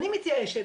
אני מתייאשת,